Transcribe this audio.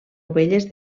ovelles